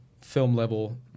film-level